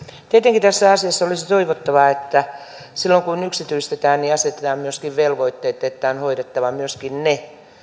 tietenkin tässä asiassa olisi toivottavaa että silloin kun yksityistetään niin asetetaan myös velvoitteet että on hoidettava myöskin ne